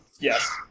Yes